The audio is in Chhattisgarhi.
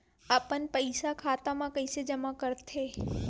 अपन पईसा खाता मा कइसे जमा कर थे?